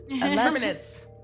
Permanence